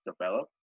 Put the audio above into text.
develop